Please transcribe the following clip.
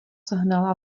hnala